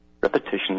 Repetition